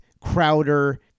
Crowder